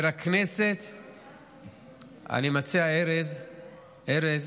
אני מציע, ארז,